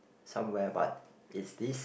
somewhere but it's this